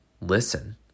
listen